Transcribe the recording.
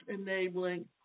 enabling